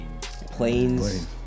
planes